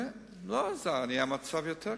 ולא עזר, נהיה מצב יותר קשה.